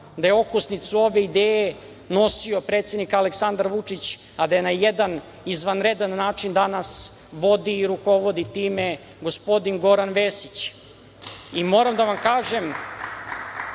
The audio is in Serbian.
da je okosnicu ove ideje nosio predsednik Aleksandar Vučić, a da na jedan izvanredan način danas vodi i rukovodi time gospodin Goran Vesić. Moram da vam kažem,